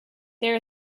there